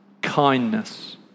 kindness